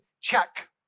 Check